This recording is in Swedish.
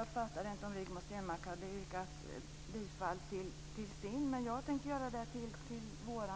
Jag uppfattade inte om Rigmor Stenmark yrkade bifall till Centerns motion, men jag tänker i alla fall yrka bifall till vår